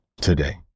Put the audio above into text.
today